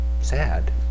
sad